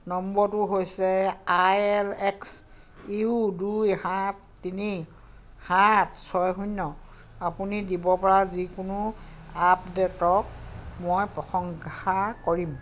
নম্বৰটো হৈছে I L X U দুই সাত তিনি সাত ছয় শূন্য আপুনি দিব পৰা যিকোনো আপডে'টক মই প্ৰশংসা কৰিম